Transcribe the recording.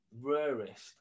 Rarest